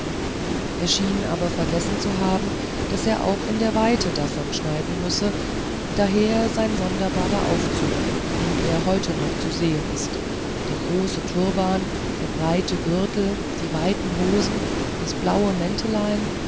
er schien aber vergessen zu haben daß er auch in der weite davon schneiden müsse daher sein sonderbarer aufzug wie er noch heute zu sehen ist der große turban der breite gürtel die weiten hosen das blaue mäntelein